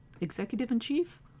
Executive-in-Chief